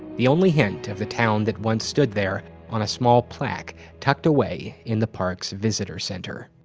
the only hint of the town that once stood there? on a small plaque tucked away in the park's visitor center.